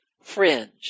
fringe